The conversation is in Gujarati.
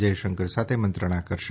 જયશંકર સાથે મંત્રણા કરશે